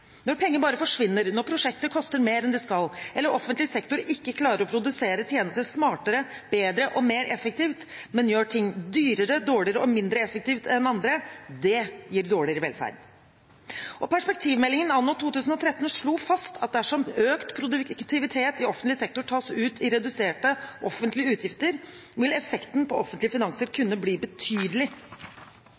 Når penger bare forsvinner, når prosjekter koster mer enn de skal, eller offentlig sektor ikke klarer å produsere tjenester smartere, bedre og mer effektivt, men gjør ting dyrere, dårligere og mindre effektivt enn andre, gir det dårligere velferd. Perspektivmeldingen anno 2013 slo fast at dersom økt produktivitet i offentlig sektor tas ut i reduserte offentlige utgifter, vil effekten på offentlige finanser kunne bli betydelig.